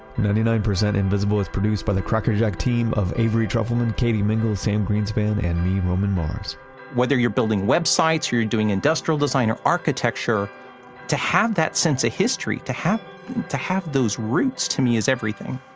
ninety nine percent invisible is produced by the cracker jack team of avery trufelman, katie mingle, sam greenspan and me, roman mars whether you're building websites or you're doing industrial design or architecture to have that sense of ah history, to have to have those roots to me is everything